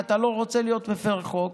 ואתה לא רוצה להיות מפר חוק.